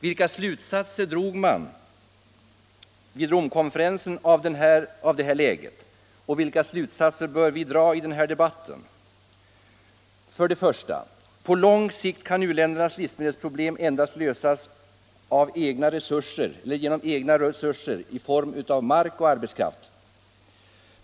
Vilka slutsatser drog man vid Romkonferensen av det här läget? Och vilka slutsatser bör vi dra i den här debatten? För det första: På lång sikt kan u-ländernas livsmedelsproblem endast lösas genom bättre utnyttjande av deras egna resurser i form av mark och arbetskraft.